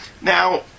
Now